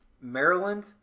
Maryland